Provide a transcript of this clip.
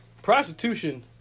Prostitution